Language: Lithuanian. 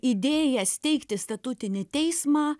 idėja steigti statutinį teismą